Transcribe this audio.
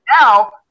now